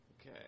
Okay